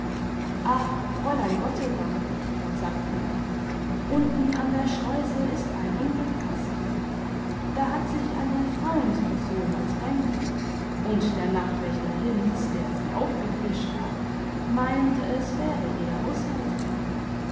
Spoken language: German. ach fräulein gotteball sagte er unten an der schleuse ist ein unglück passiert da hat sich eine frauensperson ertränkt und der nachtwächter hinz der sie aufgefischt hat meint es wäre ihre haushälterin